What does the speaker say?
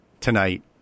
Tonight